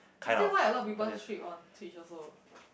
is that why a lot of people strip on twitch also